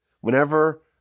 Whenever